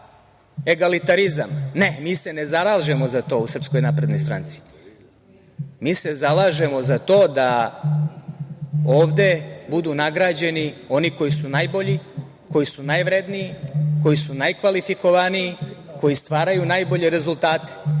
egalitarizam. Ne, mi se ne zalažemo za to u SNS. Mi se zalažemo za to da ovde budu nagrađeni oni koji su najbolji, koji su najvredniji, koji su najkvalifikovaniji, koji stvaraju najbolje rezultate.